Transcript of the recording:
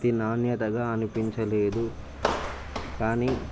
ఇది నాణ్యతగా అనిపించలేదు కానీ